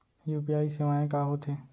UPI सेवाएं का होथे?